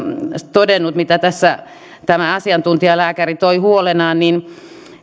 todennut mitä tässä tämä asiantuntijalääkäri toi huolenaan